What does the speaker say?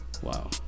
wow